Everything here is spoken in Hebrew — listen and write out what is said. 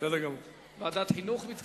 ועדת החינוך?